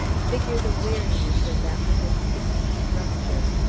figure the weariness of that little skipping structure,